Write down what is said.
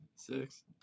six